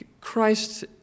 Christ